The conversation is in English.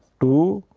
two,